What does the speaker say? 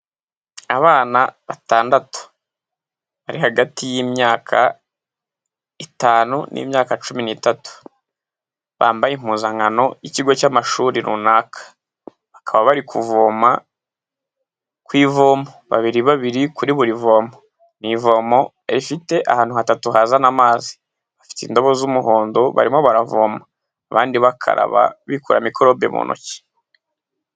Abana batandatu bari hagati y'imyaka itanu n'imyaka cumi n'itatu bambaye impuzankano y'ikigo cy'amashuri runaka bakaba bari kuvoma kw'ivomo babiri babiri kuri buri vomo. Ni ivomo rifite ahantu hatatu hazana amazi, bafite indobo z'umuhondo barimo baravoma abandi bakaraba bikuraho mikorobe mu ntoki.